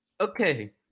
okay